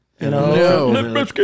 No